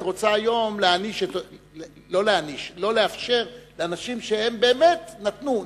את רוצה היום לא לאפשר לאנשים שבאמת נתנו,